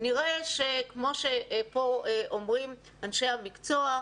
נראה שכמו שפה אומרים אנשי המקצוע,